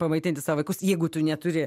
pamaitinti savo vaikus jeigu tu neturi